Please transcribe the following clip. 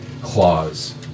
Claws